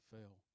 fail